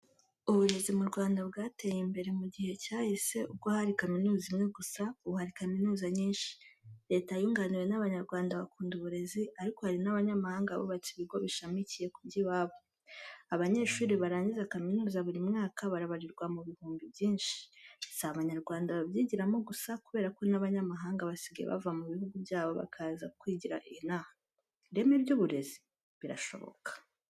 Uburezi mu Rwanda bwateye imbere mu gihe cyahise ubwo hari kaminuza imwe gusa, ubu hari kaminuza nyinshi. Leta yunganiwe n'Abanyarwanda bakunda uburezi, ariko hari n'abanyamahanga bubatse ibigo bishamikiye ku by'iwabo. Abanyeshuri barangiza kaminuza buri mwaka barabarirwa mu bihumbi byinshi. Si Abanyarwanda babyigiramo gusa kubera ko n'abanyamahanga basigaye bava mu bihugu byabo bakaza kwigira inaha. Ireme ry'uburezi? Birashoboka.